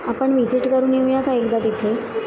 आपण विझिट करून येऊया का एकदा तिथे